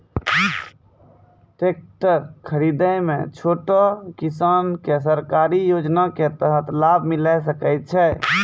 Tractor खरीदै मे छोटो किसान के सरकारी योजना के तहत लाभ मिलै सकै छै?